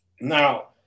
now